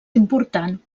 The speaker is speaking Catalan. important